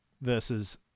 versus